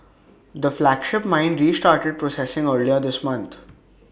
the flagship mine restarted processing earlier this month